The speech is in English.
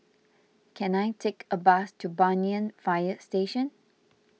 can I take a bus to Banyan Fire Station